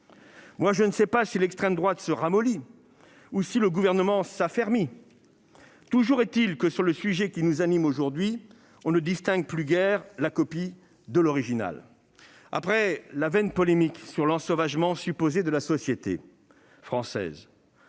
Je ne sais pas si l'extrême droite s'amollit ou si le Gouvernement s'affermit ; toujours est-il que, sur le sujet qui nous réunit aujourd'hui, on ne distingue plus guère la copie de l'original ... Ainsi, après ses vaines polémiques sur « l'ensauvagement » supposé de la société française,